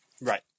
right